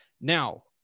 Now